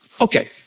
okay